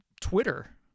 Twitter